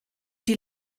die